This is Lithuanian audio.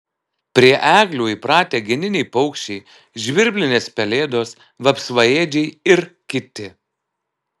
prie eglių įpratę geniniai paukščiai žvirblinės pelėdos vapsvaėdžiai ir kiti